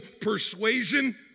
persuasion